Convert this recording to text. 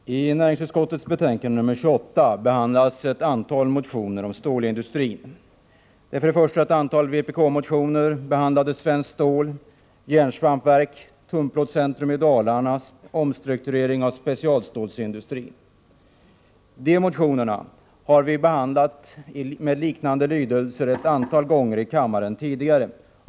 Herr talman! I näringsutskottets betänkande nr 28 behandlas ett antal motioner om stålindustrin. Det är först ett antal vpk-motioner rörande Svenskt Stål AB, järnsvampsverk, tunnplåtscentrum i Dalarna samt omstrukturering av specialstålsindustrin. Motioner med liknande lydelse har behandlats av kammaren ett antal gånger tidigare.